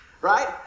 right